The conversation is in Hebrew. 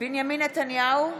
בנימין נתניהו,